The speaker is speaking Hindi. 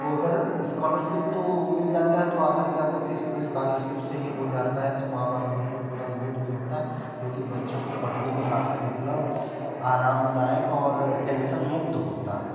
तो अगर इस्कालरसिप तो मिल जाता है तो आधा से ज़्यादा फीस तो इस्कालरसिप से ही हो जाता है तो माँ बाप के ऊपर उतना लोड नहीं होता जो कि बच्चों को पढ़ने में काफ़ी मतलब आरामदायक और टेंसन मुक्त होता है